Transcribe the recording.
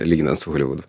lyginan su holivudu